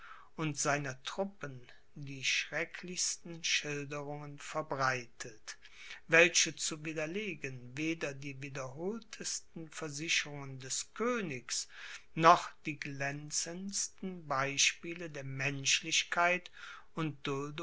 und seiner truppen die schrecklichsten schilderungen verbreitet welche zu widerlegen weder die wiederholtesten versicherungen des königs noch die glänzendsten beispiele der menschlichkeit und